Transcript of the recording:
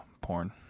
porn